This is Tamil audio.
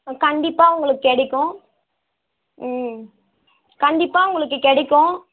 கண்டிப்பாக உங்களுக்கு கிடைக்கும் ம் கண்டிப்பாக உங்களுக்கு கிடைக்கும்